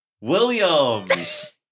Williams